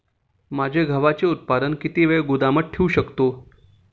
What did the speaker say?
माझे गव्हाचे उत्पादन किती वेळ गोदामात ठेवू शकतो?